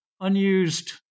unused